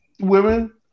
women